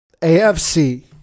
AFC